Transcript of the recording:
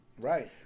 Right